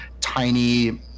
tiny